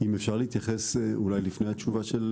אם אפשר להתייחס לפני התשובה.